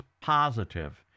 positive